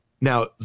Now